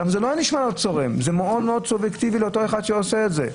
זה מאוד סובייקטיבי לאותו אחד ששומע את זה.